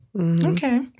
Okay